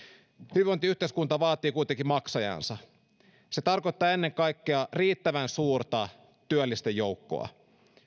hyvinvointiyhteiskunta vaatii kuitenkin maksajansa se tarkoittaa ennen kaikkea riittävän suurta työllisten joukkoa